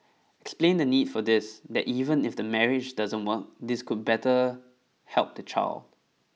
explain the need for this that even if the marriage doesn't work this could better help the child